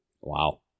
Wow